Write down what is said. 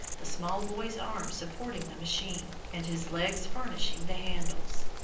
the small boy's arms supporting the machine, and his legs furnishing the handles.